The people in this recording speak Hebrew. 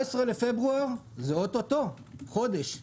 19.2 זה חודש מעכשיו,